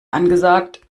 angesagt